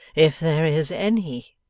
if there is any,